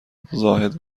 زاهد